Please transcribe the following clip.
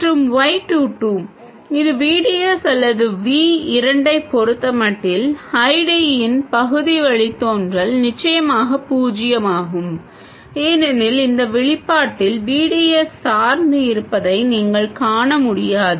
மற்றும் y 2 2 இது V D S அல்லது V இரண்டைப் பொறுத்தமட்டில் I d இன் பகுதி வழித்தோன்றல் நிச்சயமாக பூஜ்ஜியமாகும் ஏனெனில் இந்த வெளிப்பாட்டில் V D S சார்ந்து இருப்பதை நீங்கள் காண முடியாது